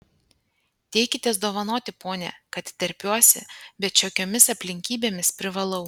teikitės dovanoti pone kad terpiuosi bet šiokiomis aplinkybėmis privalau